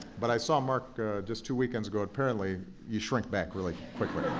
but i saw mark just two weekends ago apparently, you shrink back really quickly.